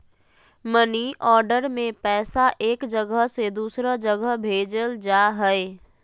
money order से पैसा एक जगह से दूसर जगह भेजल जा हय